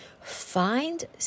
find